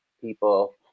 people